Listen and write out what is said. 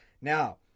Now